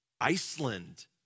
Iceland